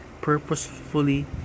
purposefully